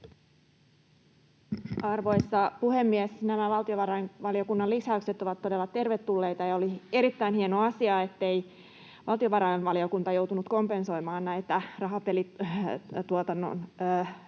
Arvoisa puhemies! Nämä valtiovarainvaliokunnan lisäykset ovat todella tervetulleita, ja oli erittäin hieno asia, ettei valtiovarainvaliokunta joutunut kompensoimaan rahapelituottojen alenemaa,